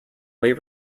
way